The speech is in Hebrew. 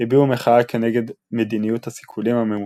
הביעו מחאה כנגד מדיניות הסיכולים הממוקדים,